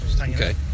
Okay